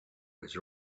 was